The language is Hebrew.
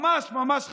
ממש ממש חבל,